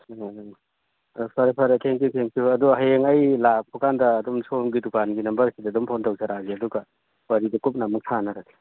ꯎꯝ ꯍꯣꯏ ꯐꯔꯦ ꯐꯔꯦ ꯊꯦꯡꯀ꯭ꯌꯨ ꯊꯦꯡꯀ꯭ꯌꯨ ꯑꯗꯨ ꯍꯌꯦꯡ ꯑꯩ ꯂꯥꯛꯄ ꯀꯥꯟꯗ ꯑꯗꯨꯝ ꯁꯣꯝꯒꯤ ꯗꯨꯀꯥꯟꯒꯤ ꯅꯝꯕꯔꯁꯤꯗ ꯑꯗꯨꯝ ꯐꯣꯟ ꯇꯧꯖꯔꯒꯦ ꯑꯗꯨꯒ ꯋꯥꯔꯤꯗꯨ ꯀꯨꯞꯅ ꯑꯃꯨꯛ ꯁꯥꯟꯅꯔꯁꯤ